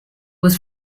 was